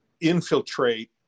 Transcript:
infiltrate